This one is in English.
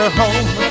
home